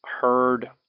heard